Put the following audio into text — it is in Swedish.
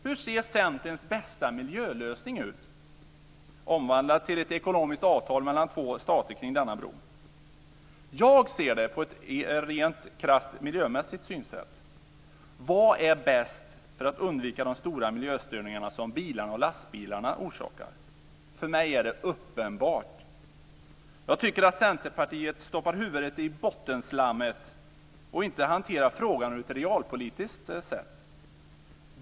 Hur ser Centerns bästa miljölösning ut omvandlat till ett ekonomiskt avtal mellan två stater kring denna bro. Jag har ett krasst miljömässigt synsätt. Vad är bäst för att undvika de stora miljöstörningar som bilar och lastbilar orsakar? För mig är det uppenbart. Jag tycker att Centerpartiet stoppar huvudet i bottenslammet och inte hanterar frågan på ett realpolitiskt sätt.